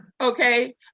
Okay